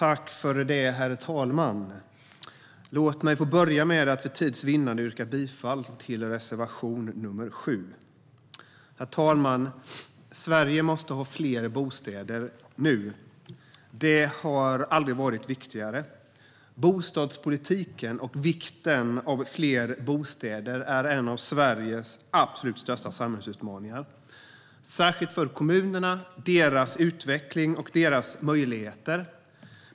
Herr talman! Låt mig börja med att yrka bifall till reservation nr 7. Herr talman! Sverige måste ha fler bostäder nu. Det har aldrig varit viktigare. Bostadspolitiken och vikten av fler bostäder är en av Sveriges absolut största samhällsutmaningar. Det gäller särskilt för kommunerna och deras utveckling och möjligheter.